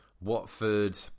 Watford